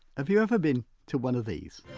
have you ever been to one of these?